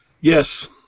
Yes